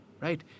Right